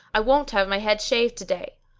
i won't have my head shaved to day.